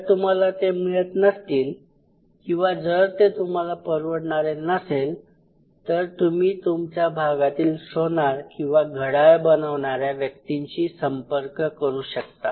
जर तुम्हाला ते मिळत नसतील किंवा जर ते तुम्हाला परवडणारे नसेल तर तुम्ही तुमच्या भागातील सोनार किंवा घड्याळ बनवणाऱ्या व्यक्तींशी संपर्क करू शकता